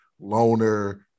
loner